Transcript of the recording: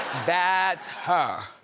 that's her.